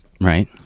Right